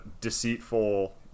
Deceitful